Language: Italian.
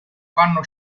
fanno